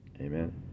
Amen